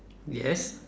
yes